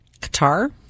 Qatar